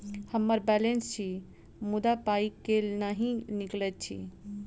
हम्मर बैलेंस अछि मुदा पाई केल नहि निकलैत अछि?